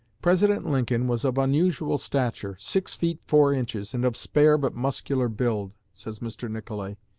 president lincoln was of unusual stature, six feet four inches, and of spare but muscular build, says mr. nicolay.